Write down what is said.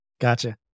Gotcha